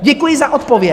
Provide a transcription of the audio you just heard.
Děkuji za odpověď.